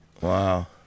Wow